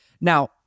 Now